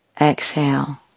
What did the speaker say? Exhale